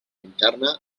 interna